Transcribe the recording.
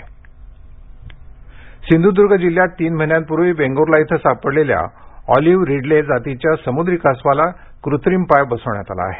कासवाला पाय सिंधुदर्ग सिंध्रदूर्ग जिल्ह्यात तीन महिन्यापूर्वी वेंगूर्ला इथं सापडलेल्या ऑलिव्ह रिडले जातीच्या समुद्री कासवाला कृत्रिम पाय बसवण्यात आला आहे